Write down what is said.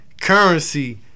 Currency